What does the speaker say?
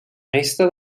resta